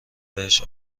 بهش